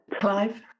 Clive